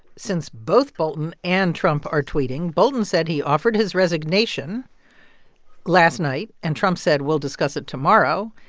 since both bolton and trump are tweeting. bolton said he offered his resignation last night, and trump said, we'll discuss it tomorrow.